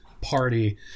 party